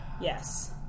Yes